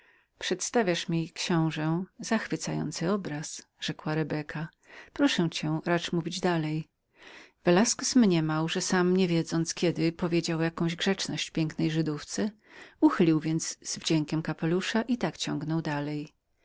przedstawiasz mi książe zachwycający obraz rzekła rebeka proszę cię racz mówić dalej velasquez mniemał że sam niewiedząc kiedy powiedział jakąś grzeczność pięknej żydówce uchylił więc z wdziękiem kapelusza i tak ciągnął dalej